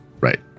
right